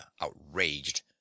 outraged